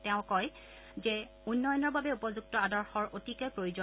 তেওঁ কয় যে উন্নয়নৰ বাবে উপযুক্ত আদৰ্শৰ অতিকে প্ৰয়োজন